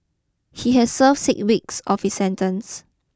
he has served six weeks of his sentence